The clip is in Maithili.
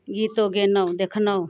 गीतो गेलहुँ देखलहुँ